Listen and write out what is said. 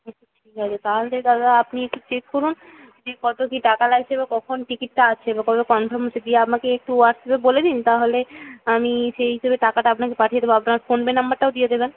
ঠিক আছে তাহলে দাদা আপনি একটু চেক করুন যে কতো কি টাকা লাগছে কখন টিকিটটা আছে কনফার্ম আমাকে একটু হোয়াটসঅ্যাপে বলে দিন তাহলে আমি সেই হিসেবে টাকাটা আপনাকে পাঠিয়ে দেবো আপনার ফোন পে নম্বরটাও দিয়ে দেবেন